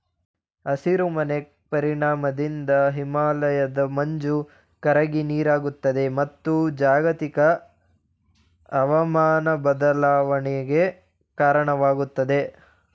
ಹಸಿರು ಮನೆ ಪರಿಣಾಮದಿಂದ ಹಿಮಾಲಯದ ಮಂಜು ಕರಗಿ ನೀರಾಗುತ್ತದೆ, ಮತ್ತು ಜಾಗತಿಕ ಅವಮಾನ ಬದಲಾವಣೆಗೆ ಕಾರಣವಾಗುತ್ತದೆ